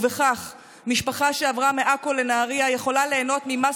וכך משפחה שעברה מעכו לנהריה יכולה ליהנות ממס